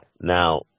Now